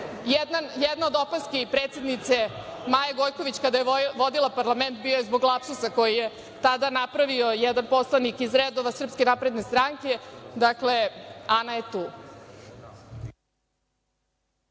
Jedna od opaski i predsednice Maje Gojković kada je vodila parlament bila je zbog lapsusa koji je tada napravio jedan poslanik iz redova SNS – Ana je tu.